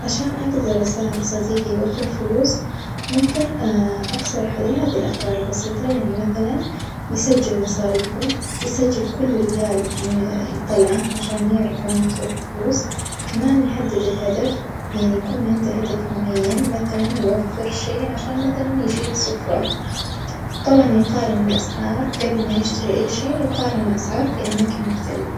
عشان أجدر اساعد صديجي يوفر فلوس ممكن أقصر عليه هذي الأفكار البسيطة يعني مثلًا يسجل مصاريفه يسجل كل ريال يطلعه عشان يعرف وين تروح الفلوس، كمان يحدد الهدف يعني يكون عنده هدف معين مثلًا يوفر شي عشان مثلًا يجيب سفرة، طبعًا يقارن الأسعار جبل ما يشتري أي شي يقارن الأسعار في أماكن مختلفة.